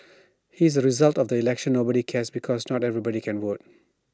here's the result of the election nobody cares because not everybody can vote